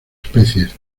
especies